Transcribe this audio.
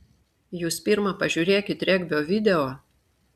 jūs pirma pažiūrėkit regbio video